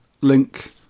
link